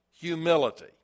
humility